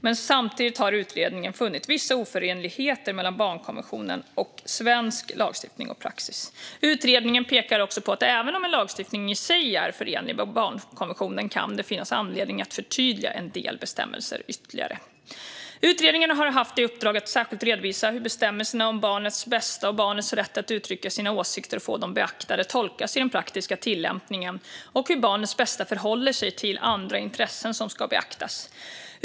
Men samtidigt har utredningen funnit vissa oförenligheter mellan barnkonventionen och svensk lagstiftning och praxis. Utredningen pekar också på att även om en lagstiftning i sig är förenlig med barnkonventionen kan det finnas anledning att förtydliga en del bestämmelser ytterligare. Utredningen har haft i uppdrag att särskilt redovisa hur bestämmelserna om barnets bästa och barnets rätt att uttrycka sina åsikter och få dem beaktade tolkas i den praktiska tillämpningen och hur barnets bästa förhåller sig till andra intressen som ska beaktas.